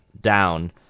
down